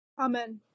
Amen